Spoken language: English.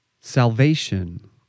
Salvation